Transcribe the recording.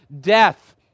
death